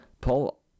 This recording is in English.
Paul